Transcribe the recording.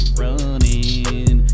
running